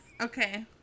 Okay